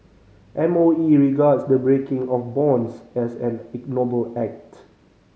M O E regards the breaking of bonds as an ignoble act